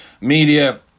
Media